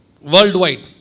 worldwide